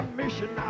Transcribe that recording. mission